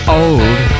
old